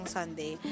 Sunday